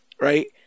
right